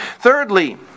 Thirdly